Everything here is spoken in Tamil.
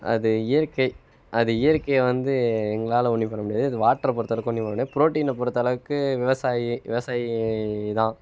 அது இயற்கை அது இயற்கையை வந்து எங்களால் ஒன்றும் பண்ண முடியாது அது வாட்ரு பொறுத்தளவுக்கு ஒன்றும் பண்ண முடியாது புரோட்டீன பொறுத்தளவுக்கு விவசாயி விவசாயி தான்